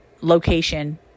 location